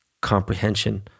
comprehension